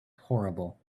horrible